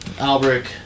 Albrecht